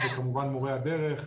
וכמובן מורי הדרך,